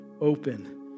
open